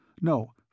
No